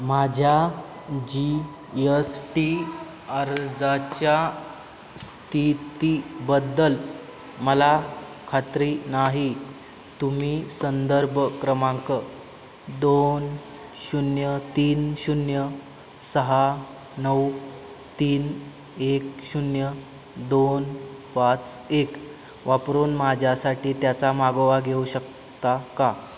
माझ्या G S T अर्जाच्या स्थितीबद्दल मला खात्री नाही तुम्ही संदर्भ क्रमांक दोन शून्य तीन शून्य सहा नऊ तीन एक शून्य दोन पाच एक वापरून माझ्यासाठी त्याचा मागोवा घेऊ शकता का